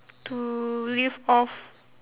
to live off